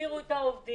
החזירו את העובדים,